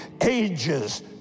ages